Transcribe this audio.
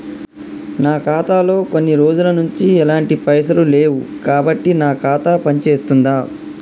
నా ఖాతా లో కొన్ని రోజుల నుంచి ఎలాంటి పైసలు లేవు కాబట్టి నా ఖాతా పని చేస్తుందా?